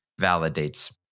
validates